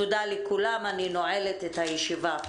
תודה לכולם, אני נועלת את הישיבה.